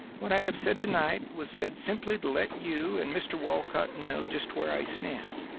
what i have said to-night was said simply to let you and mr. walcott know just where i stand,